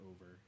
over